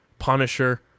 Punisher